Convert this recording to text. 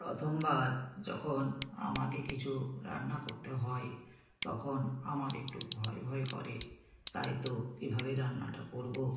প্রথমবার যখন আমাকে কিছু রান্না করতে হয় তখন আমার একটু ভয় ভয় করে তাই তো কীভাবে রান্নাটা করবো